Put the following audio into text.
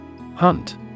Hunt